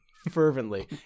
fervently